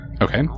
Okay